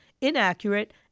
inaccurate